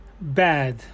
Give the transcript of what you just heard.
Bad